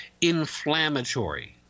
inflammatory